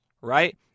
right